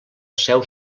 seu